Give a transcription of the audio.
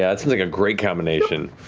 yeah, it sounds like a great combination.